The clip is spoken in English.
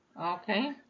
Okay